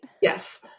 Yes